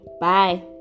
Bye